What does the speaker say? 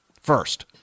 First